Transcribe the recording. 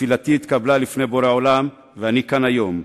תפילתי התקבלה לפני בורא עולם, ואני כאן היום.